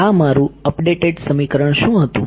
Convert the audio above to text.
મારું અપડેટ સમીકરણ શું હતું